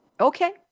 okay